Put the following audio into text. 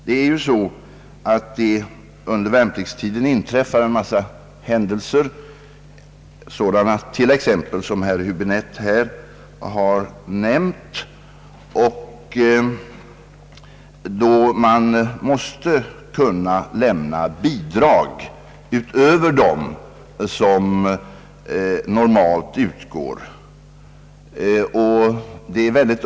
Under värnpliktstiden kan det inträffa en mängd händelser, t.ex. sådana som herr Häbinette här har nämnt, då bidrag måste kunna lämnas utöver dem som normalt utgår.